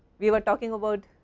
we were talking about